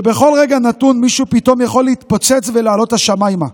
כשבכל רגע נתון מישהו פתאום יכול להתפוצץ ולהעלות השמיימה.